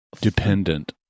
Dependent